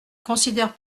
considère